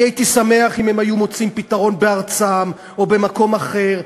אני הייתי שמח אם הם היו מוצאים פתרון בארצם או במקום אחר,